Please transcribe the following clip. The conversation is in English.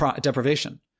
deprivation